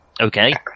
Okay